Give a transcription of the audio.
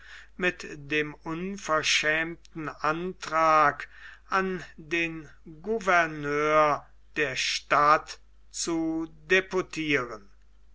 mit dem unverschämten antrag an den gouverneur der stadt zu deputieren